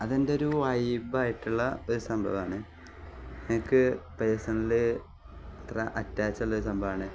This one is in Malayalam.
അതെൻ്റെ ഒരു വൈബായിട്ടുള്ള ഒരു സംഭവമാണ് എനക്ക് പേഴ്സണലി അത്ര അറ്റാച്ചള്ള ഒരു സംഭവാണ്